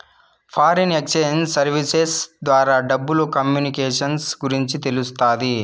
foreign exchange services ద్వారా డబ్బులు communications గురించి తెలుస్తాది